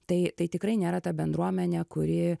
tai tai tikrai nėra ta bendruomenė kuri